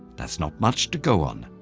that's not much to go on,